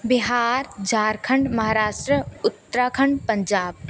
Bihar Jharkhand Maharashtra Uttarakhand Punjab